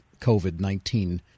COVID-19